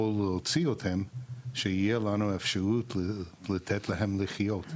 להוציא אתכם שיהיה לנו אפשרות לתת להם לחיות.